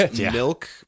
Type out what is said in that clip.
milk